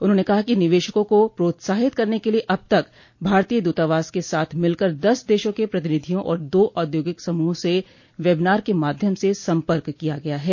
उन्होंने कहा कि निवेशकों को प्रोत्साहित करने के लिये अब तक भारतोय द्रतावास के साथ मिलकर दस देशों के प्रतिनिधियों और दो औद्योगिक समूहों से वेबिनार के माध्यम से सम्पर्क किया गया है